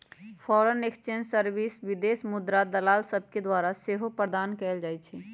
foreign exchange service विदेशी मुद्राके दलाल सभके द्वारा सेहो प्रदान कएल जाइ छइ